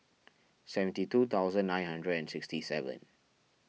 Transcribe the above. seventy two thousand nine hundred and sixty seven